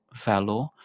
Valor